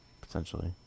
potentially